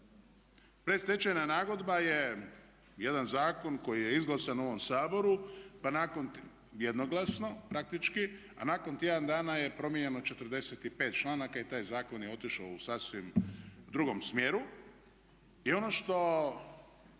Predstečajna nagodba je jedan zakon koji je izglasan u ovom Saboru jednoglasno praktički, a nakon tjedna dana je promijenjeno 45 članaka i taj zakon je otišao u sasvim dugom smjeru.